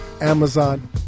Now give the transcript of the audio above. Amazon